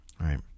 right